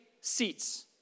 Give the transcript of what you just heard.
seats